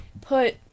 put